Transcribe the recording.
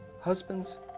Husbands